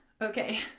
Okay